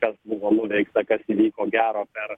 kas buvo nuveikta kas įvyko gero per